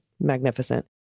magnificent